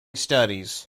studies